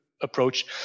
approach